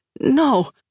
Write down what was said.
No